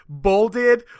bolded